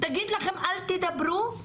תגיד לכם: אל תדברו?